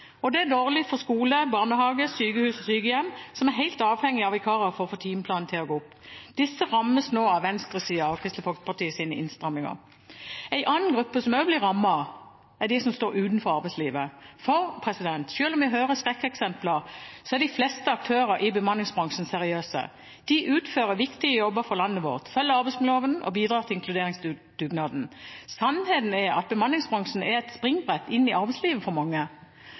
Og det er dårlig for skoler, barnehager, sykehus og sykehjem som er helt avhengig av vikarer for å få timeplanen til å gå opp. Disse rammes nå av venstresiden og Kristelig Folkepartis innstramminger. En annen gruppe som også blir rammet, er de som står utenfor arbeidslivet. For selv om vi hører om skrekkeksempler, er de fleste aktørene i bemanningsbransjen seriøse. De utfører viktige jobber for landet vårt, følger arbeidsmiljøloven og bidrar til inkluderingsdugnaden. Sannheten er at bemanningsbransjen er et springbrett inn i arbeidslivet for mange.